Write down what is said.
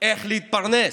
איך להתפרנס.